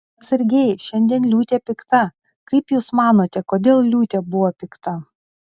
atsargiai šiandien liūtė pikta kaip jūs manote kodėl liūtė buvo pikta